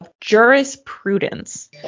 jurisprudence